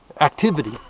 activity